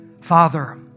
Father